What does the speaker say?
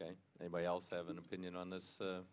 ok anybody else have an opinion on this